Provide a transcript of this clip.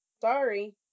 Sorry